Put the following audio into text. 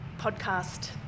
podcast